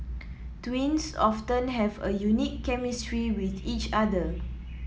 twins often have a unique chemistry with each other